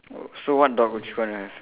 oh so what dog would you gonna